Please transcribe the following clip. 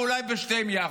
ואולי בשתיהן יחד,